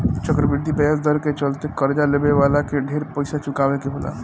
चक्रवृद्धि ब्याज दर के चलते कर्जा लेवे वाला के ढेर पइसा चुकावे के होला